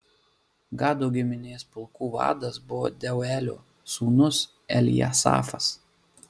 gado giminės pulkų vadas buvo deuelio sūnus eljasafas